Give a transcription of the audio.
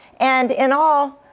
and in all,